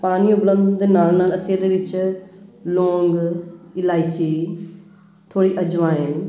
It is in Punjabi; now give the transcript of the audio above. ਪਾਣੀ ਉਬਲਣ ਦੇ ਨਾਲ ਨਾਲ ਅਸੀਂ ਇਹਦੇ ਵਿੱਚ ਲੋਂਗ ਇਲਾਇਚੀ ਥੋੜ੍ਹੀ ਅਜਵਾਇਣ